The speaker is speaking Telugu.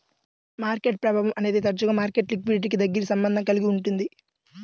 మార్కెట్ ప్రభావం అనేది తరచుగా మార్కెట్ లిక్విడిటీకి దగ్గరి సంబంధం కలిగి ఉంటుంది